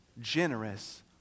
generous